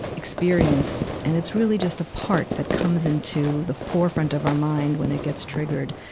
experience. and it's really just a part that comes into the forefront of our mind when it gets triggered.